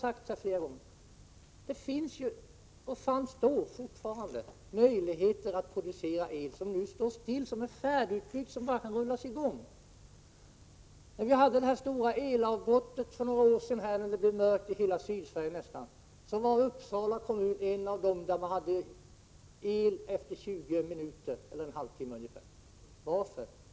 Som det flera gånger har sagts här, fanns och finns fortfarande möjligheter att producera el vid anläggningar som är färdigutbyggda, som står stilla men som kan sättas i gång. När vi för några år sedan hade det stora elavbrottet och det blev mörkt i nästan hela Sydsverige, var Uppsala en av de kommuner där man efter ungefär en halvtimme hade el igen. Varför?